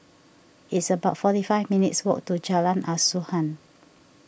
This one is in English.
it's about forty five minutes' walk to Jalan Asuhan